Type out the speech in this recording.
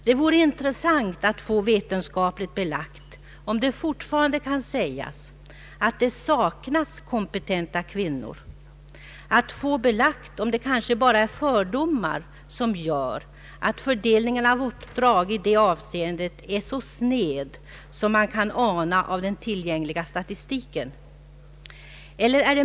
Det vore intressant att få vetenskapligt belagt om det fortfarande kan sägas att det saknas kompetenta kvinnor och att få belagt om det kanske bara är fördomar som gör att fördelningen av upp drag i det avseendet är så sned som man kan ana av den tillgängliga statistiken.